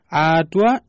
atua